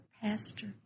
Pastor